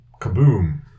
Kaboom